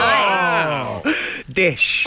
Dish